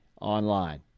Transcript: online